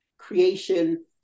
creation